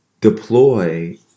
deploy